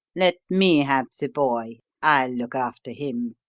let me have the boy i'll look after him!